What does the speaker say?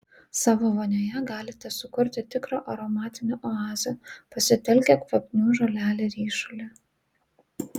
savo vonioje galite sukurti tikrą aromatinę oazę pasitelkę kvapnių žolelių ryšulį